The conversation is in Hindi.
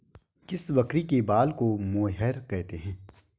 किस बकरी के बाल को मोहेयर कहते हैं?